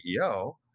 CEO